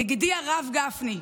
ידידי הרב גפני,